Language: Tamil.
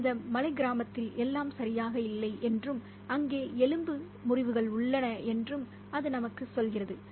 அந்த மலை கிராமத்தில் எல்லாம் சரியாக இல்லை என்றும் அங்கே எலும்பு முறிவுகள் உள்ளன என்றும் அது நமக்குச் சொல்கிறது